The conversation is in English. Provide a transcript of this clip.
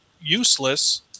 useless